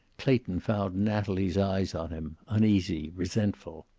clayton found natalie's eyes on him, uneasy, resentful.